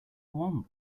want